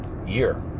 year